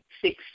six